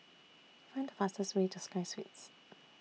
Find The fastest Way to Sky Suites